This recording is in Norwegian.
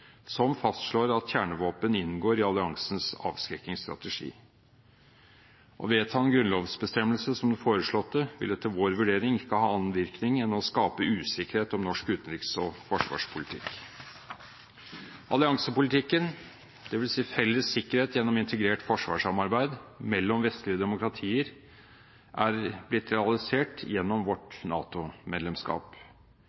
som fastslår at kjernevåpen inngår i alliansens avskrekkingsstrategi. Å vedta en grunnlovsbestemmelse som den foreslåtte, vil etter vår vurdering ikke ha annen virkning enn å skape usikkerhet om norsk utenriks- og forsvarspolitikk. Alliansepolitikken, dvs. felles sikkerhet gjennom integrert forsvarssamarbeid mellom vestlige demokratier, er blitt realisert gjennom vårt